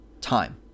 time